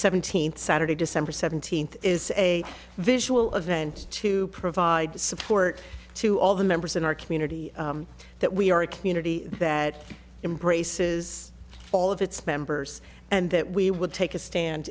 seventeenth saturday december seventeenth is a visual event to provide support to all the members in our community that we are a community that embraces all of its members and that we would take a stand